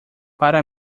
para